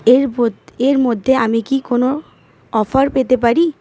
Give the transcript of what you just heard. এর মদ এর মধ্যে আমি কি কোনো অফার পেতে পারি